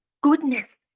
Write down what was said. goodness